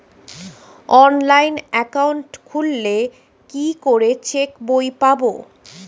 Online account খুললে কি করে চেক বই পাব?